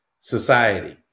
society